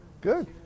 good